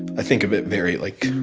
i think of it very, like